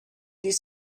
these